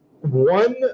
one